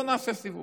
בואו נעשה סיבוב.